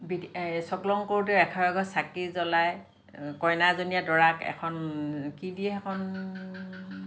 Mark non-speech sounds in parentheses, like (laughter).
(unintelligible) এই চকলং কৰোতে এশ এগছ চাকি জ্বলাই কইনাজনীয়ে দৰাক এখন কি দিয়ে সেইখন